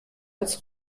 als